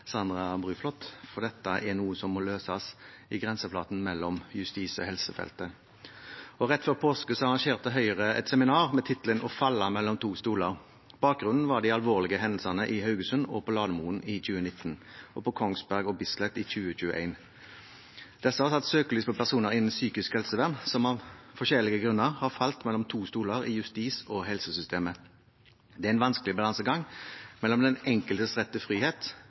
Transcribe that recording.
Sandra Bruflot, for dette er noe som må løses i grenseflaten mellom justis- og helsefeltet. Rett før påske arrangerte Høyre et seminar med tittelen «Å falle mellom to stoler». Bakgrunnen var de alvorlige hendelsene i Haugesund og på Lademoen i 2019, og på Kongsberg og Bislett i 2021. Disse har satt søkelys på personer innen psykisk helsevern som av forskjellige grunner har falt mellom to stoler i justis- og helsesystemet. Det er en vanskelig balansegang mellom den enkeltes rett til frihet